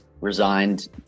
resigned